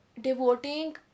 devoting